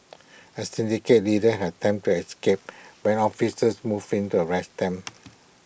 A syndicate leader had attempted to escape when officers moved in to arrest them